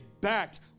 backed